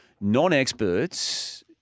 non-experts